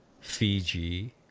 fiji